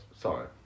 Sorry